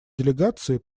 делегации